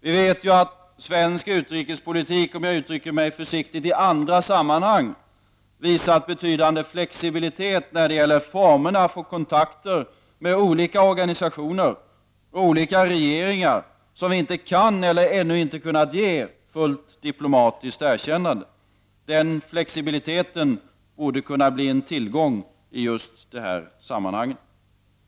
Vi vet att svensk utrikespolitik — om jag uttrycker mig försiktigt — i andra sammanhang har visat betydande flexibilitet när det har gällt formerna för kontakter med olika organisationer och regeringar som vi inte kan eller ännu inte kunnat ge fullt diplomatiskt erkännande. Den flexibiliteten borde kunna bli en tillgång i just detta sammanhang.